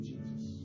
Jesus